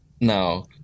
Now